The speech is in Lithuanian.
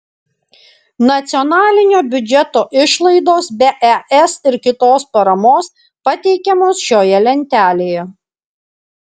nacionalinio biudžeto išlaidos be es ir kitos paramos pateikiamos šioje lentelėje